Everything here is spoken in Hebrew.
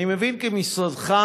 אני מבין כי משרדך,